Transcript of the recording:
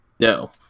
No